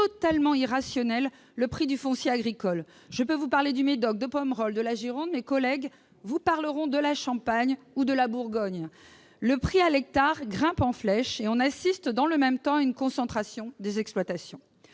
totalement irrationnelle le prix du foncier agricole. Je peux vous parler du Médoc, de Pomerol, de la Gironde ; mes collègues vous parleront de la Champagne ou de la Bourgogne. Les prix à l'hectare grimpent en flèche et l'on assiste dans le même temps à une concentration des exploitations.